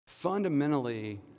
fundamentally